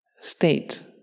state